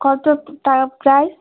কত টাকা প্রায়